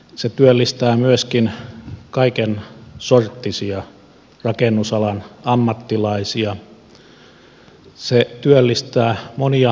se työllistää myöskin kaikensorttisia rakennusalan ammattilaisia se työllistää monia lakimiehiä